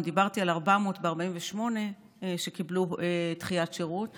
אם דיברתי על 400 שקיבלו דחיית שירות ב-48',